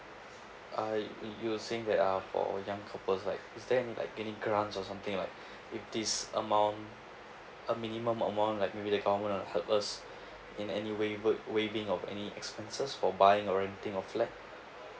uh you were saying that uh for young couples like is there any like any grants or something like if this amount a minimum amount like maybe the government are gonna help us in any way would waving of any expenses for buying or renting a flat